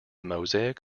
mosaic